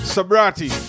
Sabrati